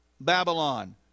Babylon